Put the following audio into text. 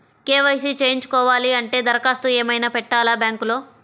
KYC చేయించుకోవాలి అంటే దరఖాస్తు ఏమయినా పెట్టాలా బ్యాంకులో?